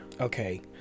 Okay